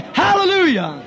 hallelujah